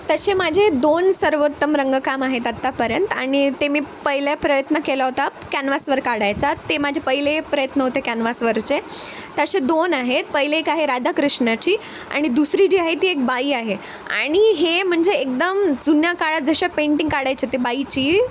तसे माझे दोन सर्वोत्तम रंगकाम आहेत आत्तापर्यंत आणि ते मी पहिल्या प्रयत्न केला होता कॅनव्हासवर काढायचा ते माझे पहिले प्रयत्न होते कॅनव्हासवरचे तसे दोन आहेत पहिले एक आहे राधा कृष्णाची आणि दुसरी जी आहे ती एक बाई आहे आणि हे म्हणजे एकदम जुन्या काळात जशा पेंटिंग काढायचे ते बाईची